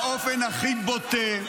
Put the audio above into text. באופן הכי בוטה,